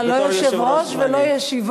אין לה לא יושב-ראש ולא ישיבות,